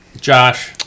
Josh